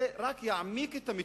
זה רק יעמיק את המיתון,